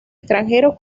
extranjeros